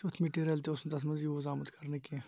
تیُتھ میٚٹیٖریل تہٕ اوس نہٕ تَتھ مَنٛز یوٗز آمُت کَرنہِ کینٛہہ